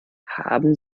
haben